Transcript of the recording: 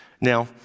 Now